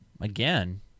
Again